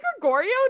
Gregorio